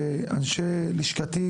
ואני לשכתי,